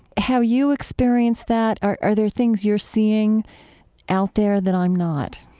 how you experience that? are are there things you're seeing out there that i'm not?